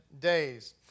days